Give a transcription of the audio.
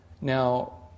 Now